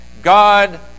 God